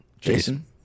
Jason